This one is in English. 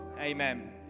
Amen